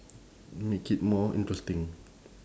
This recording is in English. make it more interesting